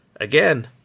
again